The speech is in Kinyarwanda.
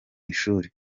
ishuri